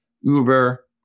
Uber